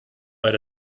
weil